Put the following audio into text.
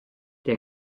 der